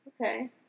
Okay